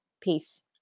Peace